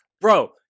bro